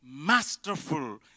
masterful